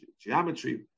geometry